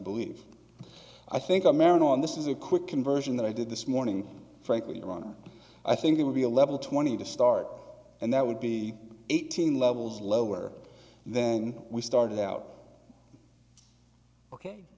believe i think america on this is a quick conversion that i did this morning frankly i think it would be a level twenty to start and that would be eighteen levels lower then we started out ok